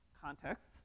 contexts